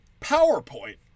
PowerPoint